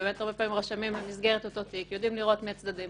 שבאמת הרבה פעמים רשמים במסגרת אותו תיק יודעים לראות מי הצדדים,